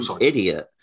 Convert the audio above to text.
idiot